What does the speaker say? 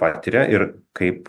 patiria ir kaip